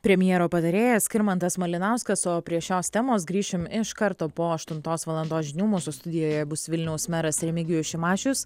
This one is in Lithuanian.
premjero patarėjas skirmantas malinauskas o prie šios temos grįšim iš karto po aštuntos valandos žinių mūsų studijoje bus vilniaus meras remigijus šimašius